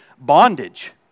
bondage